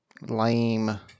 lame